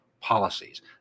policies